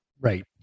right